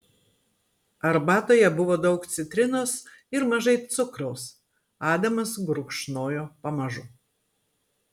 arbatoje buvo daug citrinos ir mažai cukraus adamas gurkšnojo pamažu